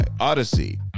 Odyssey